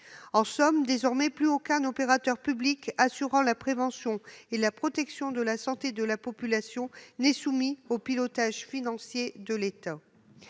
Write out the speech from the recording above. de santé. Désormais, plus aucun opérateur public assurant la prévention et la protection de la santé de la population n'est soumis au pilotage financier de l'État.